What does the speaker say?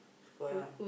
square one